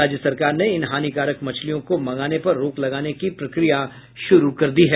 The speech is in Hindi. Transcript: राज्य सरकार ने इन हानिकारक मछलियों को मंगाने पर रोक लगाने की प्रक्रिया शुरू कर दी है